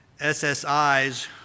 SSIs